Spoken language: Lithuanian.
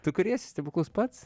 tu kuriesi stebuklus pats